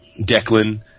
Declan